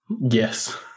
yes